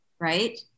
right